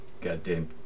Goddamn